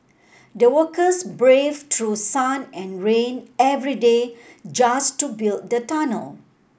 the workers braved through sun and rain every day just to build the tunnel